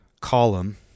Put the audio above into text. column